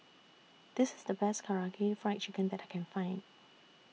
This IS The Best Karaage Fried Chicken that I Can Find